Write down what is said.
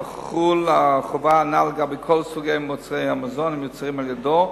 תחול החובה הנ"ל לגבי כל סוגי מוצרי המזון המיוצרים על-ידו.